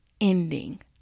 ending